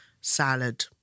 salad